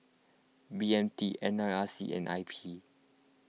B M T N R I C and I P